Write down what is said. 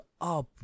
up